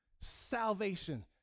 Salvation